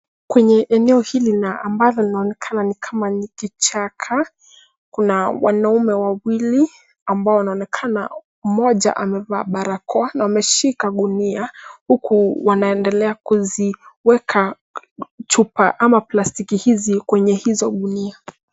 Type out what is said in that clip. Kwenye eneo hili na ambalo linaonekana ni kama ni kichaka, kuna wanaume wawili ambao wanaonekana mmoja amevaa barakoa na ameshika gunia, huku wanaendelea kuziweka chupa ama plastiki hizi kwenye hizo gunia.